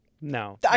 No